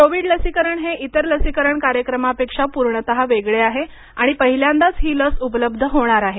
Covid लसीकरण हे इतर लसीकरण कार्यक्रमापेक्षा पूर्णत वेगळे आहे आणि पहिल्यांदाच ही लस उपलब्ध होणार आहे